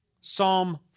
Psalm